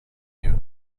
you